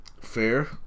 Fair